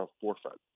forefront